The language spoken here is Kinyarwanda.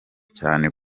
cyane